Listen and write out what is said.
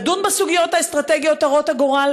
לדון בסוגיות האסטרטגיות הרות הגורל